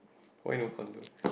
why no condo